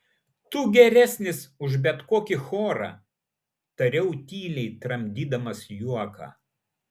tu geresnis už bet kokį chorą tariau tyliai tramdydamas juoką